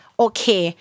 okay